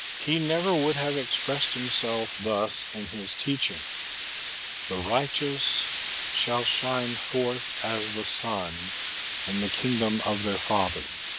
he never would have expressed himself thus in his teaching the righteous shall shine forth as the sun in the kino-dom of their father